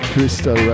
Crystal